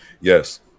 Yes